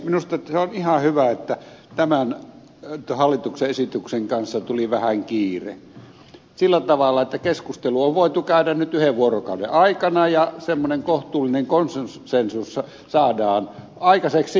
minusta on ihan hyvä että tämän hallituksen esityksen kanssa tuli vähän kiire sillä tavalla että keskustelu on voitu käydä nyt yhden vuorokauden aikana ja semmoinen kohtuullinen konsensus saadaan aikaiseksi